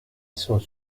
sont